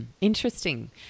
interesting